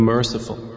Merciful